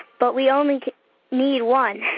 but we only need one.